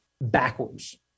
backwards